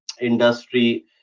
industry